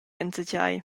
enzatgei